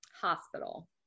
hospital